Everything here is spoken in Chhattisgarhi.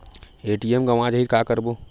ए.टी.एम गवां जाहि का करबो?